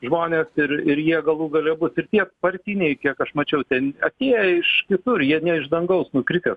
žmonės ir ir jie galų gale bus ir tie partiniai kiek aš mačiau ten atėję iš kitur jie ne iš dangaus nukritę